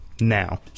now